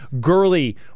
Gurley